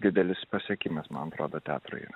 didelis pasiekimas man atrodo teatrui